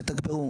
תתגברו,